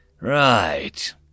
Right